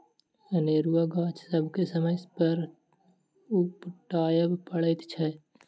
अनेरूआ गाछ सभके समय समय पर उपटाबय पड़ैत छै